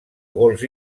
gols